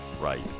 Right